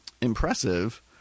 impressive